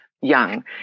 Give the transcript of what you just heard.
young